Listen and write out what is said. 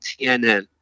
TNN